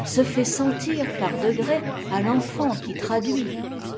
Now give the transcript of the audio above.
se fait sentir par i degrés à l'enfant qui traduit